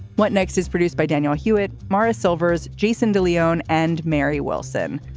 what next is produced by daniel hewitt. morris silvers, jason de leon and mary wilson.